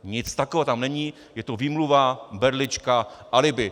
Nic takového tam není, je to výmluva, berlička, alibi.